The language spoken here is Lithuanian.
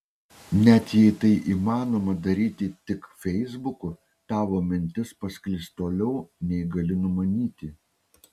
net jei tai įmanoma daryti tik feisbuku tavo mintis pasklis toliau nei gali numanyti